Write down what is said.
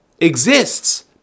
exists